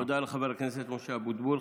תודה לחבר הכנסת משה אבוטבול.